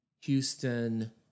Houston